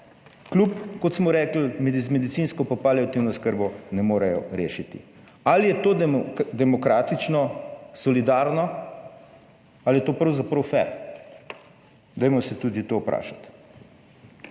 kljub, kot smo rekli, z medicinsko pa paliativno oskrbo ne morejo rešiti. Ali je to demokratično, solidarno? Ali je to pravzaprav fer? Dajmo se tudi to vprašati.